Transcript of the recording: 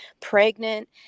pregnant